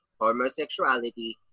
homosexuality